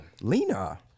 Lena